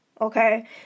okay